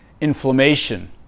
inflammation